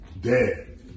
dead